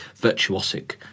virtuosic